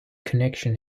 connection